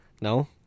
No